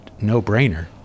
no-brainer